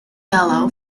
yellow